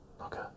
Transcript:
Okay